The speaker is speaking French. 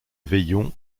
veillon